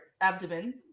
abdomen